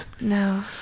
No